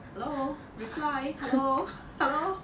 hello reply hello hello